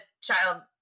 child